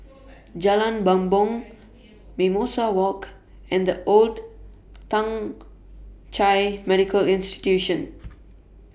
Jalan Bumbong Mimosa Walk and The Old Thong Chai Medical Institution